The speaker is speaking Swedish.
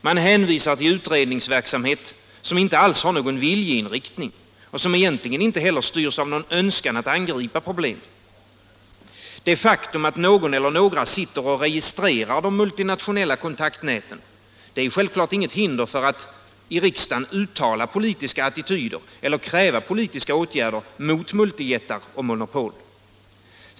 Man hänvisar till utredningsverksamhet som inte alls har någon viljeinriktning och som egentligen inte heller styrs av någon önskan att angripa problemen. Det faktum att någon eller några sitter och registrerar de multinationella kontaktnäten är självfallet inget hinder för att formulera politiska attityder eller kräva politiska åtgärder mot multijättar och monopol.